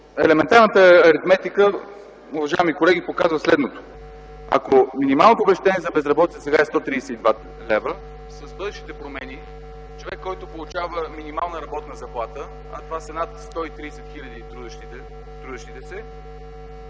елементарната аритметика, уважаеми колеги, показва следното: ако минималното обезщетение за безработица сега е 132 лв., с бъдещите промени човек, който получава минимална работна заплата, а това са над 130 хиляди трудещи се,